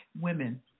women